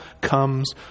comes